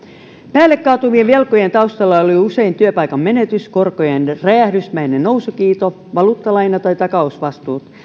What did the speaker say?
päälle kaatuvien velkojen taustalla oli usein työpaikan menetys korkojen räjähdysmäinen nousukiito valuuttalaina tai takausvastuut